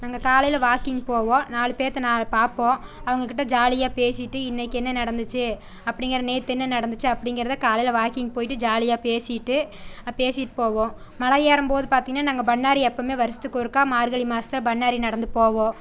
நாங்கள் காலையில் வாக்கிங் போவோம் நாலு பேருகிட்ட நாலு பார்ப்போம் அவங்ககிட்ட ஜாலியாக பேசிட்டு இன்றைக்கு என்ன நடந்துச்சு அப்படிங்கிற நேற்று என்ன நடந்துச்சு அப்படிங்கிறத காலையில் வாக்கிங் போயிட்டு ஜாலியாக பேசிட்டு பேசிகிட்டு போவோம் மலையேறும் போது பார்த்தின்னா நாங்கள் பண்ணாரி எப்போவுமே வருஷத்துக்கு ஒருக்கா மார்கழி மாதத்துல பண்ணாரி நடந்து போவோம்